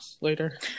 later